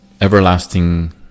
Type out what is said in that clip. everlasting